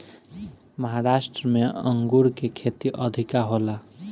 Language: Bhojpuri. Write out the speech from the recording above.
महाराष्ट्र में अंगूर के खेती अधिका होला